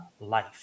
life